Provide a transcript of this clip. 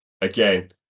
again